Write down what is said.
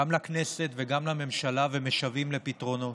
גם לכנסת וגם לממשלה, ומשוועים לפתרונות.